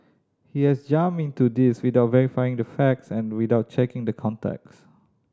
he has jumped into this without verifying the facts and without checking the context